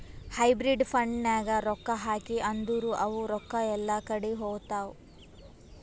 hybrid ಫಂಡ್ನಾಗ್ ರೊಕ್ಕಾ ಹಾಕಿ ಅಂದುರ್ ಅವು ರೊಕ್ಕಾ ಎಲ್ಲಾ ಕಡಿ ಹೋತ್ತಾವ್